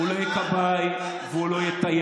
לא, אבל עד היום הוא היה יכול.